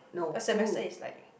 a semester is like